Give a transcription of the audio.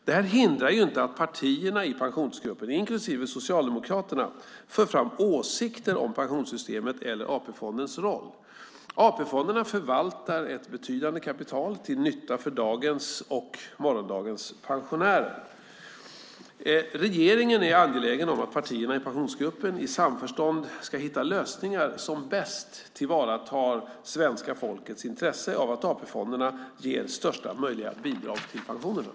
Detta hindrar inte att partierna i Pensionsgruppen, inklusive Socialdemokraterna, för fram åsikter om pensionssystemet eller AP-fondernas roll. AP-fonderna förvaltar ett betydande kapital till nytta för dagens och morgondagens pensionärer. Regeringen är angelägen om att partierna i Pensionsgruppen i samförstånd ska hitta de lösningar som bäst tillvaratar svenska folkets intresse av att AP-fonderna ger största möjliga bidrag till pensionerna.